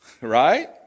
Right